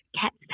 cats